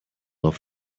off